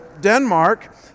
Denmark